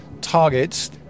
targets